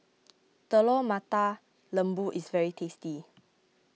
Telur Mata Lembu is very tasty